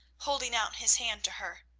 holding out his hand to her.